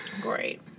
Great